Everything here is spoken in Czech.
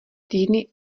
týdny